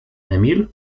emil